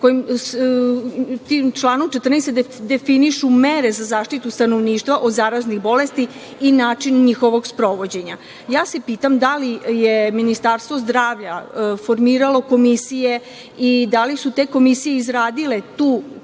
a član 14. se definišu mere za zaštitu stanovništva od zaraznih bolesti i način njihovog sprovođenja. Ja se pitam da li je Ministarstvo zdravlja formiralo komisije i da li su te komisije izradile taj